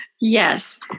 Yes